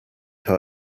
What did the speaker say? her